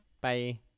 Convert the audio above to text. Bye